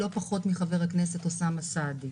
לא פחות מאשר בנפשו של חבר הכנסת אוסאמה סעדי.